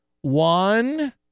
One